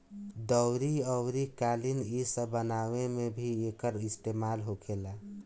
दरी अउरी कालीन इ सब बनावे मे भी एकर इस्तेमाल होखेला